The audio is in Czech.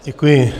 Děkuji.